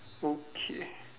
okay